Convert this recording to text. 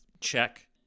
check